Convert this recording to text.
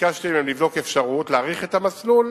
ביקשתי מהם לבדוק אפשרות להאריך את המסלול